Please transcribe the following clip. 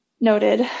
Noted